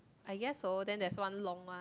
I guess so then there's one long one